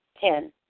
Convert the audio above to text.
Ten